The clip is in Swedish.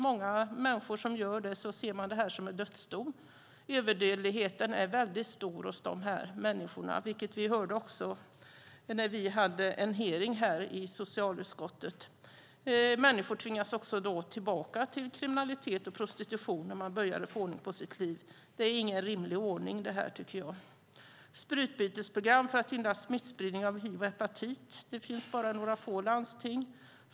Många människor som drabbas av detta ser det som en dödsdom. Överdödligheten är mycket stor hos de här människorna. Det hörde vi också när vi hade en hearing i socialutskottet. Människor tvingas tillbaka till kriminalitet och prostitution när de har börjat få ordning på sitt liv. Jag tycker inte att det är en rimlig ordning. Sprututbytesprogram för att hindra smittspridning av hiv och hepatit finns bara i några få landsting.